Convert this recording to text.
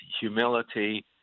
humility